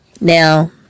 now